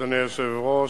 אדוני היושב-ראש,